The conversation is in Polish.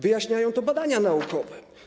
Wyjaśniają to badania naukowe.